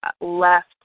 left